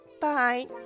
bye